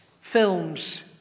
films